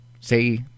say